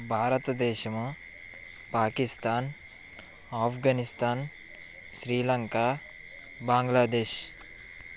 భారతదేశము పాకిస్తాన్ ఆఫ్ఘనిస్తాన్ శ్రీలంక బంగ్లాదేశ్